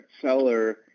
seller